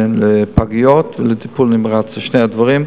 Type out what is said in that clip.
מיטות לפגיות ולטיפול נמרץ, לשני הדברים,